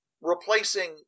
replacing